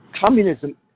communism